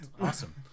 awesome